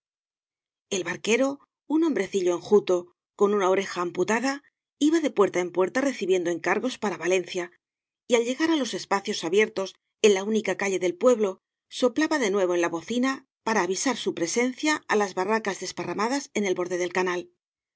ei barquero un hombrecillo enjuto con una oreja amputada iba de puerta en puerta recibiendo encargos para valencia y al llegar á los espacios abiertos en la única calle del pueblo soplaba de nuevo en la bocina para avisar su presencia á las barracas desparramadas en el borde del canal